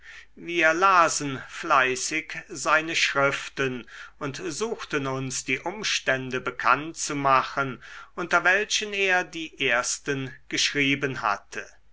wir lasen fleißig seine schriften und suchten uns die umstände bekannt zu machen unter welchen er die ersten geschrieben hatte